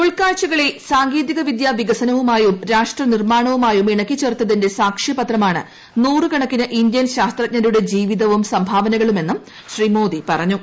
ഉൾക്കാഴ്ചകളെ സാങ്കേതിക വിദ്യാ വികസനവുമായും രാഷ്ട്ര നിർമ്മാണ വുമായും ഇണക്കിച്ചേർത്തതിന്റെ സാക്ഷ്യപത്രമാണ് നൂറുകണക്കിന് ഇ ന്ത്യൻ ശാസ്ത്രജ്ഞരുടെ ജീവിതവും സംഭാവനകളുംമ ശ്രീ മോദി പ റഞ്ഞു